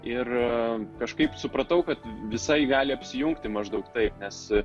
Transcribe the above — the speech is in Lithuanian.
ir kažkaip supratau kad visai gali apsijungti maždaug taip nes